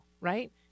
right